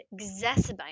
exacerbate